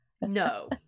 No